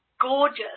gorgeous